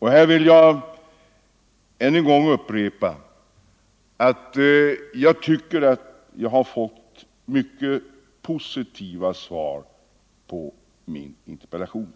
Här vill jag än en gång upprepa att jag tycker att jag har fått ett mycket positivt svar på min interpellation.